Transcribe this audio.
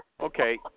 Okay